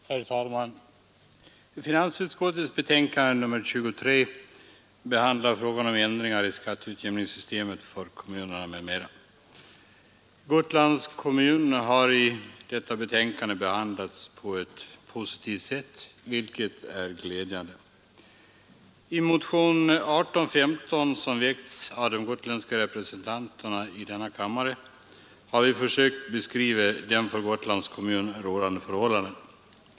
Herr talman! Finansutskottets betänkande nr 23 behandlar frågan om ändringar i skatteutjämningssystemet för kommunerna m.m. Gotlands kommun har i detta betänkande behandlats på ett positivt sätt, vilket är glädjande. I motionen 1815, som väckts av de gotländska representanterna i denna kammare, har vi försökt beskriva för Gotlands kommun rådande förhållanden.